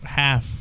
half